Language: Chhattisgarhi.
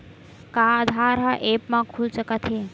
का आधार ह ऐप म खुल सकत हे?